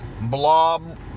blob